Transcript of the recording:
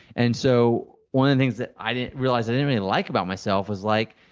and so one of the things that i didn't realize i didn't really like about myself was like,